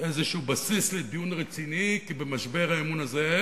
איזשהו בסיס לדיון רציני, כי במשבר האמון הזה,